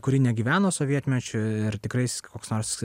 kuri negyveno sovietmečiu ir tikrais koks nors